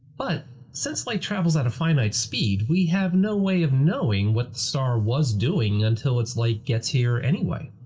but since light travels at a finite speed. we have no way of knowing what the star was doing until its light gets here anyway.